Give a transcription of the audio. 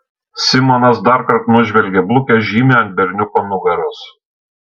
simonas darkart nužvelgė blukią žymę ant berniuko nugaros